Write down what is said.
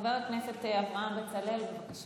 חבר הכנסת אברהם בצלאל, בבקשה.